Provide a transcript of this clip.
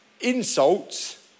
insults